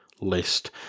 list